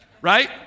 right